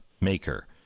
maker